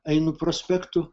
einu prospektu